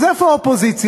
אז איפה האופוזיציה?